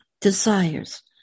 desires